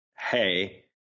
hey